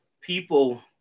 people